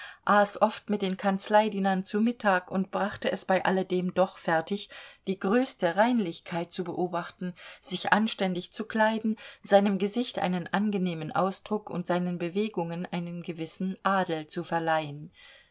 oft mit den kanzleidienern zu mittag und brachte es bei alledem doch fertig die größte reinlichkeit zu beobachten sich anständig zu kleiden seinem gesicht einen angenehmen ausdruck und seinen bewegungen einen gewissen adel zu verleihen